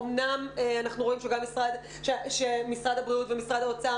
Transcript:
אומנם אנחנו רואים שמשרד הבריאות ומשרד האוצר